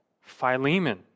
Philemon